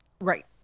Right